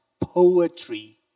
poetry